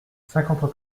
cinquante